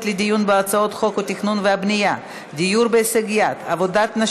לדיון בהצעת חוק התכנון והבנייה (פיצול דירות),